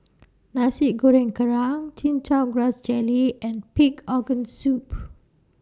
Nasi Goreng Kerang Chin Chow Grass Jelly and Pig Organ Soup